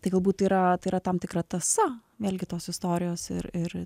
tai galbūt yra tai yra tam tikra tąsa vėlgi tos istorijos ir ir